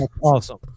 Awesome